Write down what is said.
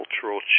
cultural